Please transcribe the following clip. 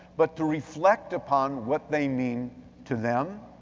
but to reflect upon what they mean to them,